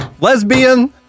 lesbian